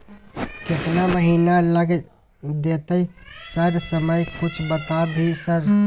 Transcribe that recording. केतना महीना लग देतै सर समय कुछ बता भी सर?